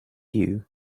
you